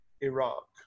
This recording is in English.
Iraq